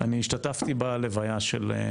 בזמנו הקצר כאן איתנו,